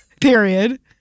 Period